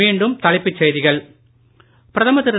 மீண்டும் தலைப்புச் செய்திகள் பிரதமர் திரு